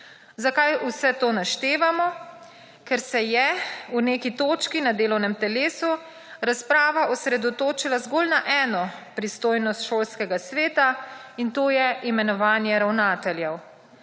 Zakaj vse to naštevamo? Ker se je, v neki točki na delovnem telesu, razprava osredotočila zgolj na eno pristojnost šolskega sveta in to je imenovanje ravnateljev.